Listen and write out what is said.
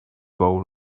bowl